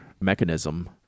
mechanism